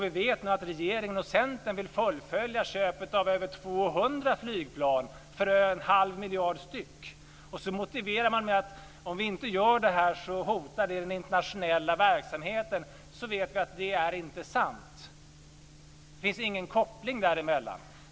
Vi vet nu att regeringen och Centern vill fullfölja köpet av över 200 flygplan för över en halv miljard styck. Man motiverar det med att om man inte gör det här hotar det den internationella verksamheten. Men vi vet att det inte är sant. Det finns ingen koppling däremellan.